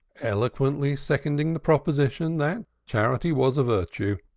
eloquently seconding the proposition that charity was a virtue.